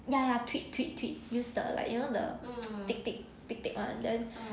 ya ya tweed tweed tweed use the like you know the thick thick thick thick [one] then